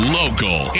local